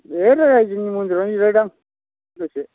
ओइ राइजोनि मन्दिरावनो जिरायदों आं दसे